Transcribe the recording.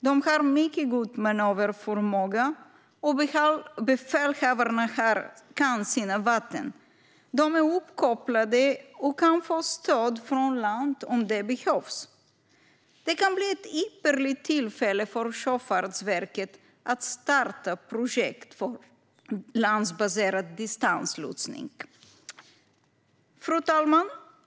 De har mycket god manöverförmåga, och befälhavarna kan sina vatten. De är uppkopplade och kan få stöd från land om det behövs. Det kan bli ett ypperligt tillfälle för Sjöfartsverket att starta projekt för landbaserad distanslotsning. Fru talman!